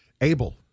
Abel